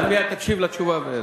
מייד, תקשיב לתשובה.